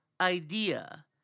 idea